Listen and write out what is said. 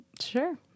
Sure